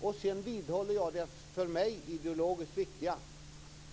Jag vidhåller det för mig ideologiskt viktiga.